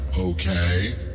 okay